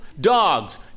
dogs